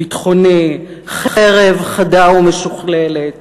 ביטחוני, חרב חדה ומשוכללת